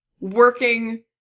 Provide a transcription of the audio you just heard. working